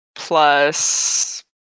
Plus